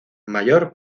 mayor